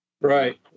Right